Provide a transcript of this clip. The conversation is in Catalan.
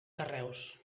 carreus